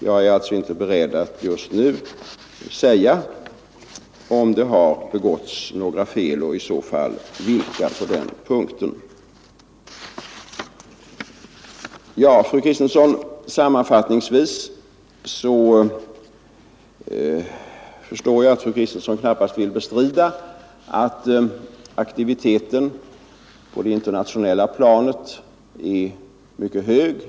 Jag är alltså inte beredd att just nu säga om det har begåtts några fel på den här punkten och i så fall vilka. Jag förstår att fru Kristensson knappast vill bestrida att aktiviteten på det internationella planet är mycket hög.